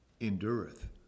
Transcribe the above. endureth